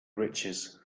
riches